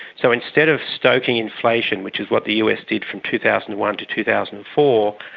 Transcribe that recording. so instead of stoking inflation, which is what the us did from two thousand and one to two thousand and four,